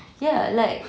ya like